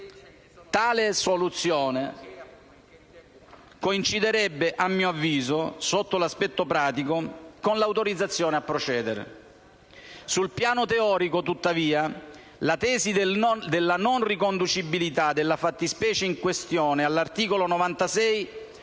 Tale soluzione coinciderebbe a mio avviso, sotto l'aspetto pratico, con l'autorizzazione a procedere. Sul piano teorico, tuttavia, la tesi della non riconducibilità della fattispecie in questione all'articolo 96